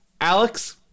Alex